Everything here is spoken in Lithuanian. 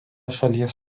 šalies